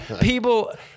people